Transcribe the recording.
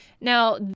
Now